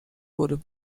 wurde